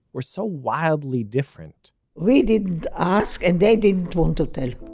were so wildly different we didn't ask, and they didn't want to tell